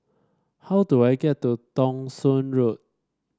how do I get to Thong Soon Road